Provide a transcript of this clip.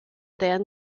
then